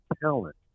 talent